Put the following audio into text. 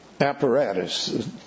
apparatus